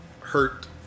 hurt